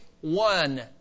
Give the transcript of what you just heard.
one